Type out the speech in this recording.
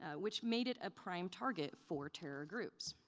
ah which made it a prime target for terror groups.